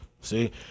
See